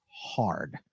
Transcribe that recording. hard